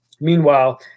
Meanwhile